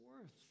worth